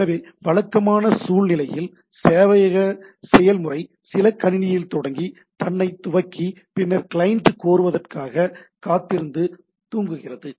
எனவே வழக்கமான சூழ்நிலையில் சேவையக செயல்முறை சில கணினியில் தொடங்கி தன்னைத் துவக்கி பின்னர் கிளையன்ட் கோருவதற்காகக் காத்திருந்து தூங்குகிறது